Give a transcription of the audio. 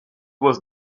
was